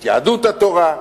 את יהדות התורה,